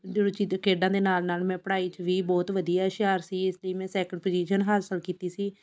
ਰੁਚੀ ਖੇਡਾਂ ਦੇ ਨਾਲ ਨਾਲ ਮੈਂ ਪੜ੍ਹਾਈ 'ਚ ਵੀ ਬਹੁਤ ਵਧੀਆ ਹੁਸ਼ਿਆਰ ਸੀ ਇਸ ਲਈ ਮੈਂ ਸੈਕਿੰਡ ਪੋਜੀਸ਼ਨ ਹਾਸਲ ਕੀਤੀ ਸੀ